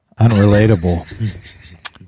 Unrelatable